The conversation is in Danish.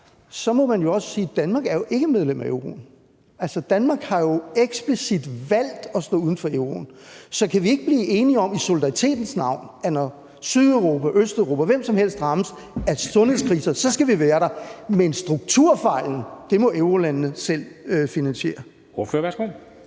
må man også sige, at Danmark jo ikke er med i euroen. Danmark har jo eksplicit valgt at stå uden for euroen. Så kan vi ikke i solidaritetens navn blive enige om, at når Sydeuropa, Østeuropa, hvem som helst rammes af sundhedskriser, så skal vi være der, men strukturfejl må eurolandene selv finansiere?